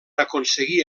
aconseguir